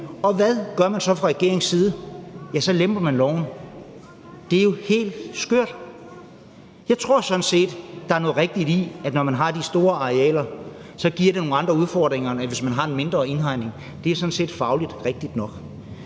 Og hvad gør man så fra regeringens side? Ja, så lemper man loven. Det er jo helt skørt. Jeg tror sådan set, der er noget rigtigt i, at når man har de store arealer, så giver det nogle andre udfordringer, end hvis man har en mindre indhegning. Det er sådan set fagligt rigtigt nok.